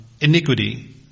iniquity